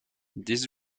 this